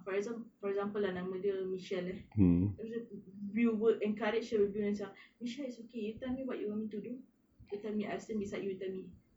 for examp~ for example lah nama dia michelle eh michelle we would encourage her would be macam michelle it's okay you tell me what you want me to do you tell me I sitting beside you you tell me